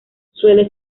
suele